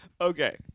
Okay